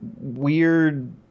weird